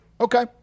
Okay